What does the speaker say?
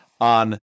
on